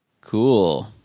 Cool